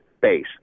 base